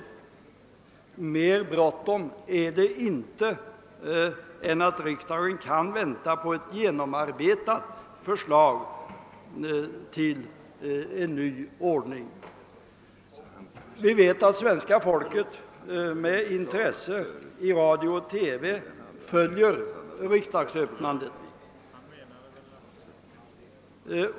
Och mer bråttom är det inte än att riksdagen kan vänta på ett genomarbetat förslag till en ny ordning. Vi vet att svenska folket med intresse 1 radio och TV följer riksdagsöppnandet.